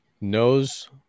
knows